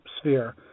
sphere